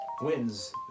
wins